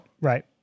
right